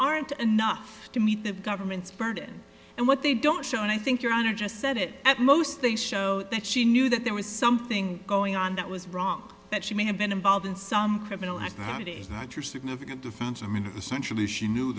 aren't enough to meet the government's burden and what they don't show and i think your honor just said it at most they show that she knew that there was something going on that was wrong that she may have been involved in some criminal activity that her significant defense i mean